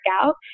out